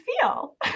feel